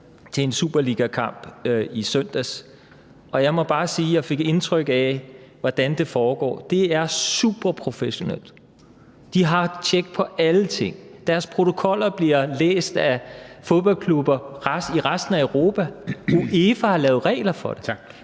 jeg må bare sige, at jeg fik indtryk af, hvordan det foregår. Det er super professionelt. De har tjek på alle ting. Deres protokoller bliver læst af fodboldklubber i resten af Europa, og UEFA har lavet regler for det.